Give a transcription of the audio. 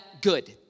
good